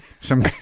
Some-